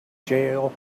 jail